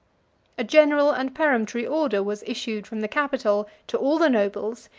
a general and peremptory order was issued from the capitol to all the nobles,